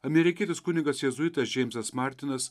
amerikietis kunigas jėzuitas džeimsas martinas